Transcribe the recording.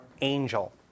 angel